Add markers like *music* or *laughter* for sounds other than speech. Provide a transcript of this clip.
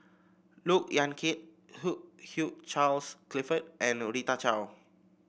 Look Yan Kit *unintelligible* Hugh Charles Clifford and Rita Chao